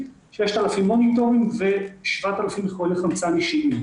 6,000 מוניטורים ו-7,000 מחוללי חמצן אישיים.